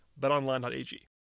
BetOnline.ag